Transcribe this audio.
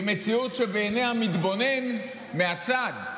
היא מציאות שבעיני המתבונן מהצד,